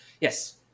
Yes